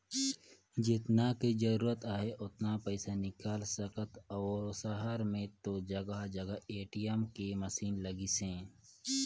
जेतना के जरूरत आहे ओतना पइसा निकाल सकथ अउ सहर में तो जघा जघा ए.टी.एम के मसीन लगिसे